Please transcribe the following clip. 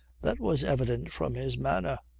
that was evident from his manner.